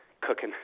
cooking